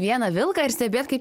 vieną vilką ir stebėt kaip